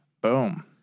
Boom